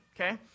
okay